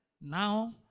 Now